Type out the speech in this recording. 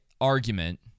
argument